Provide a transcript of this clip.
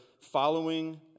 following